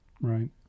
Right